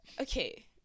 Okay